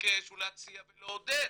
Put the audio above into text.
ולבקש ולהציע ולעודד.